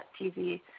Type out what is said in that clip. TV